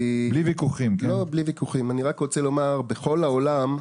בכל העולם,